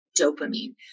dopamine